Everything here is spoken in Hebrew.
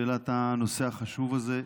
שהעלה את הנושא החשוב הזה.